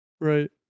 Right